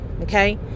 okay